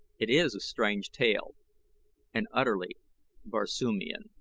it is a strange tale and utterly barsoomian